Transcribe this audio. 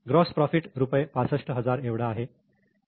gross profit रुपये 65000 एवढा आहे